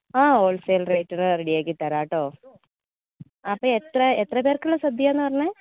ആ ഹോൾസെയിൽ റേറ്റിന് റെഡിയാക്കി താരാട്ടോ അപ്പോൾ എത്ര എത്രപേർക്കുള്ള സദ്യാന്നാ പറഞ്ഞത്